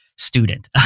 student